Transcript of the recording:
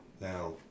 Now